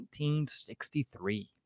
1963